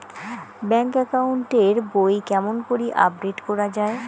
Bank account এর বই কেমন করি আপডেট করা য়ায়?